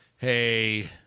Hey